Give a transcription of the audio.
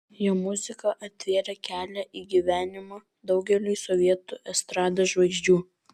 jo muzika atvėrė kelią į gyvenimą daugeliui sovietų estrados žvaigždžių